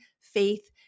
faith